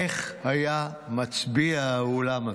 איך היה מצביע האולם הזה?